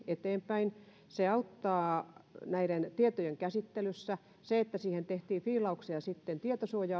eteenpäin se auttaa näiden tietojen käsittelyssä se että siihen tehtiin viilauksia tietosuoja